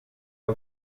out